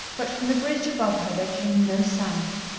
but from the bridge above her there came no sound.